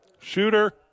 Shooter